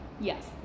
Yes